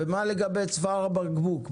ומה לגבי צוואר הבקבוק?